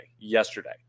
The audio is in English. yesterday